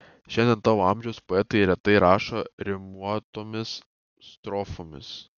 šiandien tavo amžiaus poetai retai rašo rimuotomis strofomis